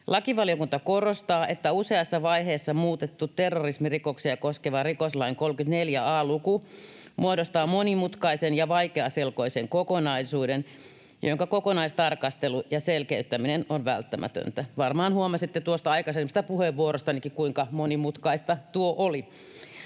Lakivaliokunta korostaa, että useassa vaiheessa muutettu terrorismirikoksia koskeva rikoslain 34 a luku muodostaa monimutkaisen ja vaikeaselkoisen kokonaisuuden, jonka kokonaistarkastelu ja selkeyttäminen on välttämätöntä. Varmaan huomasitte tuosta aikaisemmasta puheenvuorostanikin, kuinka monimutkaista tuo oli.